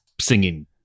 singing